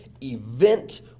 event